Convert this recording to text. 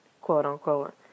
quote-unquote